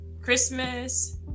Christmas